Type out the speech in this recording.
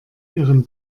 ihren